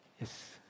Yes